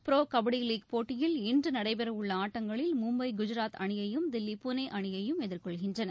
ப்ரோகபடிலீக் போட்டியில் இன்றுநடைபெறவுள்ளஆட்டங்களில் மும்பை குஜராத் அணியையும் தில்லி புனேஅணியையும் எதிர்கொள்கின்றன